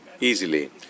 easily